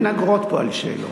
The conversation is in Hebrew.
אין אגרות פה על שאלות.